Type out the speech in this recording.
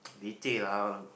leceh lah all